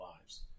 lives